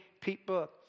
people